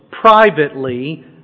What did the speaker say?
privately